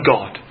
God